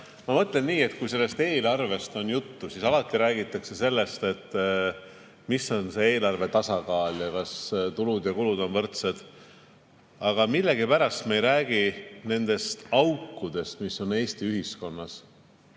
Ma mõtlen nii, et kui eelarvest on juttu, siis alati räägitakse sellest, mis on eelarvetasakaal ning kas tulud ja kulud on võrdsed, aga millegipärast me ei räägi aukudest, mis on Eesti ühiskonnas,